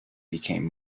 became